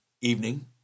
evening